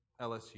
LSU